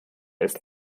ist